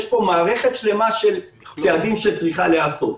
יש פה מערכת שלמה של צעדים שצריכים להיעשות.